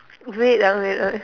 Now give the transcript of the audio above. wait ah wait ah